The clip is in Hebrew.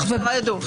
חלק מהמשטרה ידעו.